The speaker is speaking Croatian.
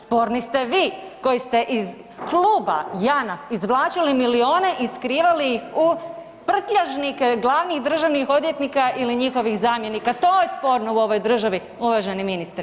Sporni ste vi koji ste iz kluba Janaf izvlačili milijune i skrivali ih u prtljažnike glavnih državnih odvjetnika ili njihovih zamjenika, to je sporno u ovoj državi uvaženi ministre.